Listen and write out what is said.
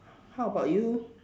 how about you